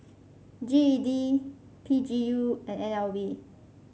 G E D P G U and N L B